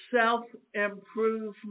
self-improvement